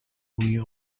unió